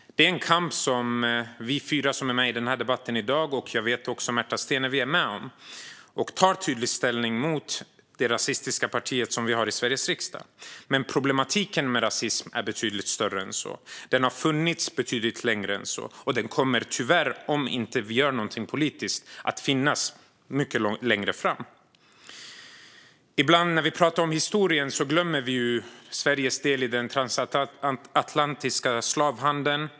Det är en kamp som vi fyra som är med i debatten i dag, och jag vet även Märta Stenevi, är med i. Vi tar tydlig ställning mot det rasistiska parti som vi har i Sveriges riksdag. Men problematiken med rasism är betydligt större än så. Den har funnits betydligt längre än så, och den kommer tyvärr - om vi inte gör någonting politiskt - att finnas under mycket lång tid framöver. När vi pratar om historien glömmer vi ibland Sveriges del i den transatlantiska slavhandeln.